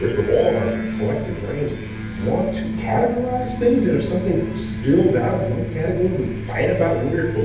but all of our collective brains want to categorize things, and if something spills out of one category, we fight about where it but